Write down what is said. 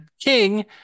king